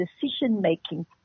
decision-making